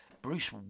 Bruce